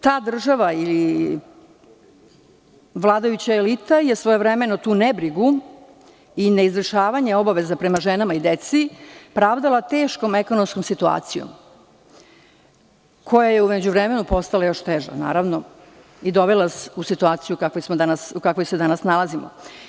Ta država ili vladajuća elita je svojevremeno tu nebrigu i neizvršavanje obaveza prema ženama i deci pravdala teškom ekonomskom situacijom, koja je u međuvremenu postala još teža i dovela nas u situaciju u kakvoj se danas nalazimo.